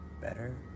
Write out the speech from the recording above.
Better